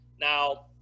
Now